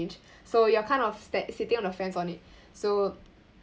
so you're kind of st~ sitting on the fence on it so